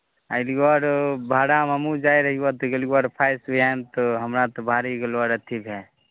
अएलिअऽ रहै भाड़ामे हमहूँ जाए रहिअऽ तऽ गेलिअऽ रहै फसि इएहमे तऽ हमरा तऽ भारी गेलऽ आओर अथी भए